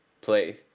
play